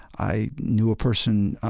i knew a person,